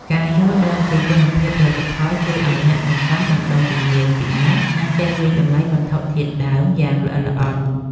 ការយល់ដឹងពីគុណភាពផលិតផលជួយឱ្យអ្នកសន្សំបណ្ដុះជំនាញពិនិត្យ និងចេះវាយតម្លៃវត្ថុធាតុដើមយ៉ាងល្អិតល្អន់។